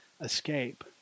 escape